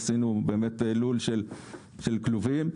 עשינו לול של כלובים,